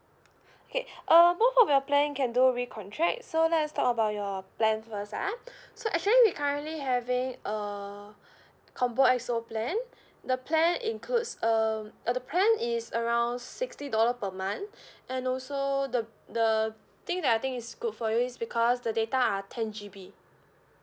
K uh both of your plan can do recontract so let's talk about your plan first ah so actually we currently having a combo X_O plan the plan includes um uh the plan is around sixty dollar per month and also the the thing that I think is good for you is because the data are ten G_B